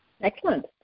Excellent